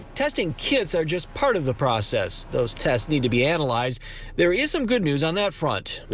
testing kits are just part of the process those test need to be analyzed there is some good news on that front.